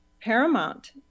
paramount